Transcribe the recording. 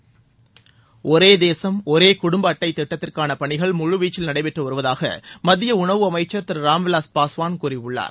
ஒரே தேசம் ஒரே குடும்ப அட்ளட திட்டத்திற்கான பணிகள் முழுவீச்சில் நடைபெற்று வருவதாக மத்திய உணவு அமைச்சர் திரு ராம் விவாஸ் பாஸ்வான் கூறியுள்ளார்